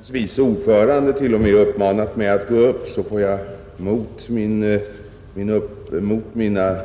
Fru talman! Sedan utskottets vice ordförande t. o, m uppmanat mig att gå upp får jag mot mina